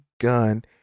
gun